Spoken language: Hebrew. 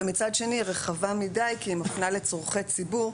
מצד שני היא רחבה מדי כי היא מפנה לצרכי ציבור,